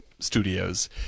studios